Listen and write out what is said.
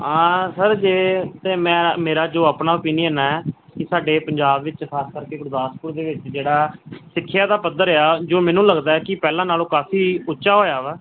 ਹਾਂ ਸਰ ਜੇ ਅਤੇ ਮੈਂ ਮੇਰਾ ਜੋ ਆਪਣਾ ਓਪੀਨੀਅਨ ਹੈ ਕਿ ਸਾਡੇ ਪੰਜਾਬ ਵਿੱਚ ਖ਼ਾਸ ਕਰਕੇ ਗੁਰਦਾਸਪੁਰ ਦੇ ਵਿੱਚ ਜਿਹੜਾ ਸਿੱਖਿਆ ਦਾ ਪੱਧਰ ਆ ਜੋ ਮੈਨੂੰ ਲੱਗਦਾ ਕਿ ਪਹਿਲਾਂ ਨਾਲੋਂ ਕਾਫੀ ਉੱਚਾ ਹੋਇਆ ਵਾ